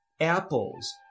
apples